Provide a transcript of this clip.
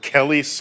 Kelly